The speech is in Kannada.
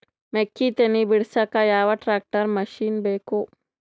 ಮೆಕ್ಕಿ ತನಿ ಬಿಡಸಕ್ ಯಾವ ಟ್ರ್ಯಾಕ್ಟರ್ ಮಶಿನ ಬೇಕು?